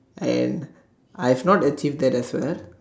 and I've not achieve that also